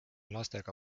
lastega